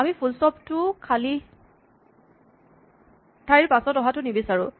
আমি ফুলস্টপ টো খালী ঠাইৰ পাছত অহাটো নিবিচাৰো